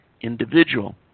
individual